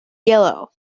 yellow